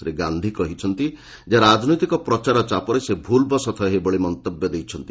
ଶ୍ରୀ ଗାନ୍ଧି କହିଛନ୍ତି ଯେ ରାଜନୈତିକ ପ୍ରଚାର ଚାପରେ ସେ ଭୁଲ୍ବଶତଃ ଏଭଳି ମନ୍ତବ୍ୟ ଦେଇଛନ୍ତି